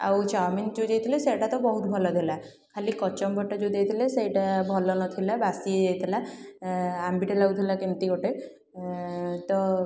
ଆଉ ଚାଉମିନ୍ ଯେଉଁ ଦେଇଥିଲେ ସେଇଟା ତ ବହୁତ ଭଲ ଥିଲା ଖାଲି କଚୁମ୍ବରଟା ଯେଉଁ ଦେଇଥିଲେ ସେଇଟା ଭଲ ନଥିଲା ବାସି ହେଇଯାଇଥିଲା ଆମ୍ବିଳା ଲାଗୁଥିଲା କେମତି ଗୋଟେ ତ